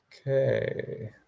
Okay